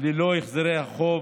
ללא החזרי החוב.